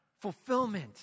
fulfillment